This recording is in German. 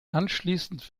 anschließend